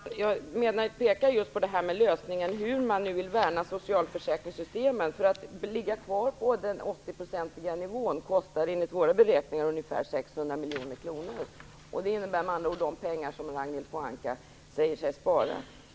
Fru talman! Jag pekade just på lösningar, när det gäller hur man nu vill värna socialförsäkringssystemen. Enligt våra beräkningar kostar det ungefär 600 miljoner kronor att behålla 80-procentsnivån. Det är med andra ord de pengar som Ragnhild Pohanka säger sig spara.